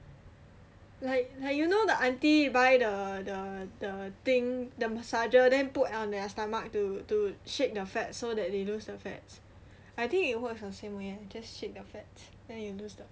like like you know the aunty buy the the the thing the massager then put their stomach to to shake their fats so that they lose the fats I think it works the same way just shake the fat then you lose the fat